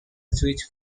switch